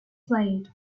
played